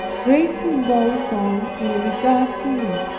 greatly imposed on in regard to me.